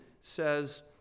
says